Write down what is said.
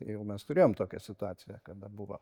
jau mes turėjom tokią situaciją kada buvo